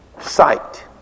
sight